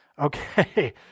Okay